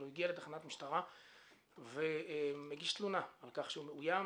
הוא הגיע לתחנת משטרה והגיש תלונה על כך שהוא מאוים,